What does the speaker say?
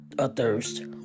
athirst